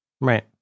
Right